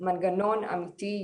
מנגנון אמיתי,